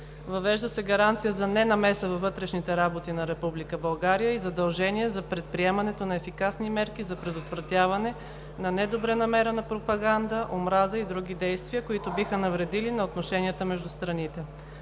Въвежда се гаранция за ненамеса във вътрешните работи на Република България и задължение за предприемането на ефикасни мерки за предотвратяване на недобронамерена пропаганда, омраза или други действия, които биха навредили на отношенията между страните.